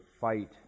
fight